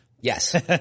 Yes